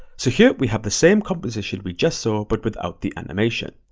so here we have the same composition we just saw but without the animation.